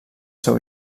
seu